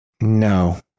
No